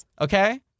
Okay